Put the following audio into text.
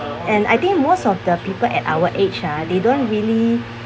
and I think most of the people at our age ah they don't really